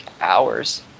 hours